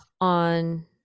on